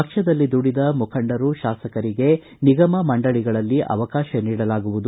ಪಕ್ಷದಲ್ಲಿ ದುಡಿದ ಮುಖಂಡರು ಶಾಸಕರಿಗೆ ನಿಗಮ ಮಂಡಳಿಗಳಲ್ಲಿ ಅವಕಾಶ ನೀಡಲಾಗುವುದು